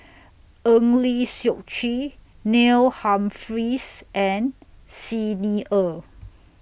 Eng Lee Seok Chee Neil Humphreys and Xi Ni Er